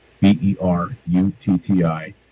B-E-R-U-T-T-I